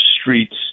streets